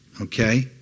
Okay